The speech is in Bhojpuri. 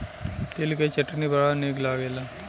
तिल के चटनी बड़ा निक लागेला